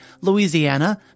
Louisiana